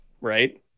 right